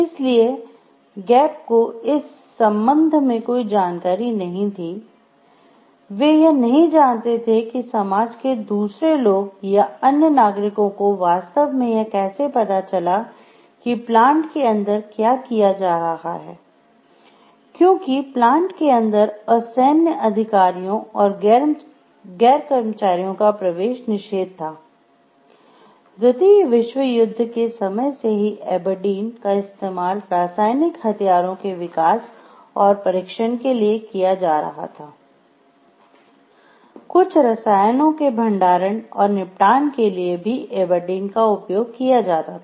इसलिए गेप्प का इस्तेमाल रासायनिक हथियारों के विकास और परीक्षण के लिए किया जा रहा था कुछ रसायनों के भंडारण और निपटान के लिए भी एबरडीन का उपयोग किया जाता था